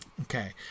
Okay